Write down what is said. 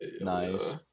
Nice